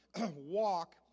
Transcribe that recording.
Walk